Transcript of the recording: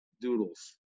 doodles